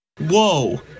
Whoa